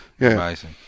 Amazing